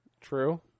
True